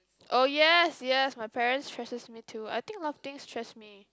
oh yes yes my parents stresses me too I think a lot of things stress me